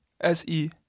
S-E